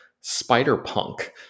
Spider-Punk